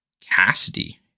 Cassidy